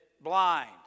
blind